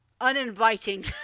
uninviting